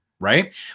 Right